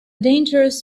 dangerous